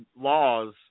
laws